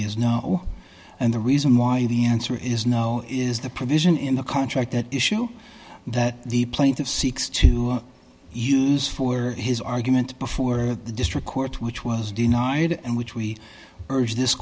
is no and the reason why the answer is no is the provision in the contract that issue that the plaintiffs seeks to use for his argument before the district court which was denied and which we urge this